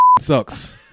sucks